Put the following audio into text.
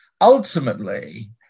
ultimately